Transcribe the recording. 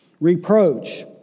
Reproach